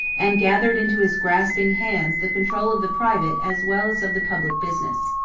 and gathered into his grasping hands the control of the private as well as of the public business.